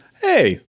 Hey